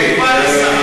וכמובן השרה.